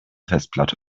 festplatte